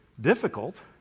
difficult